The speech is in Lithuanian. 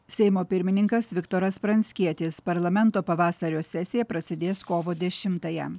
seimo pirmininkas viktoras pranckietis parlamento pavasario sesija prasidės kovo dešimtąją